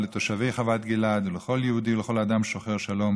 לתושבי חוות גלעד ולכל יהודי וכל אדם שוחר שלום